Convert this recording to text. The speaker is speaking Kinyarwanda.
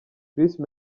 bruce